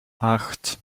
acht